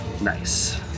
Nice